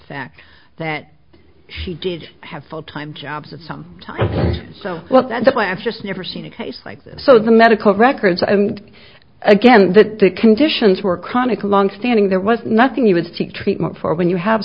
fact that she did have full time jobs at some time so that the plant just never seen a case like this so the medical records and again that the conditions were chronic long standing there was nothing you would seek treatment for when you have